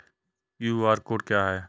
QR code क्या है?